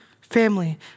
family